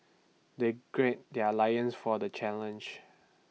they gird their lions for the challenge